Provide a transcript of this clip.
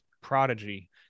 prodigy